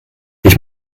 ich